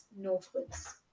northwards